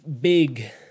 big